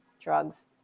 drugs